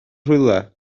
rhywle